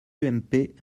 ump